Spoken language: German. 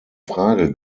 frage